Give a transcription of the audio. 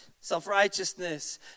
self-righteousness